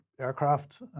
aircraft